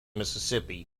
mississippi